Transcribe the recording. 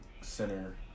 center